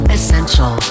Essential